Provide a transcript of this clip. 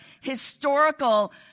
historical